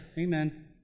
Amen